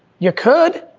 you could,